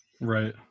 Right